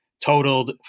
totaled